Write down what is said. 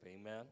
Amen